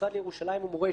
המשרד לירושלים ומורשת,